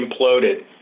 imploded